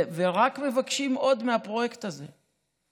ורק מבקשים עוד מהפרויקט הזה.